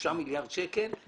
3 מיליארד שקלים,